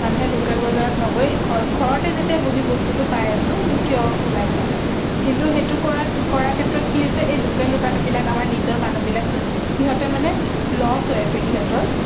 মানুহে লোকেল বজাৰত নগৈ ঘৰ ঘৰতে যেতিয়া বহি বস্তুটো পাই আছোঁ আমি কিয় ওলাই যাম কিন্তু সেইটো কৰাত কৰাৰ ক্ষেত্ৰত কি হৈছে এই লোকেল দোকানীবিলাক আমাৰ নিজৰ মানুহবিলাক যোন সিহঁতে মানে লছ হৈ আছে সিহঁতৰ